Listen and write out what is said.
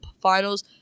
finals